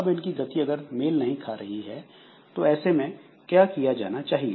अब इनकी गति अगर मेल नहीं खा रही तो ऐसे में क्या किया जाना चाहिए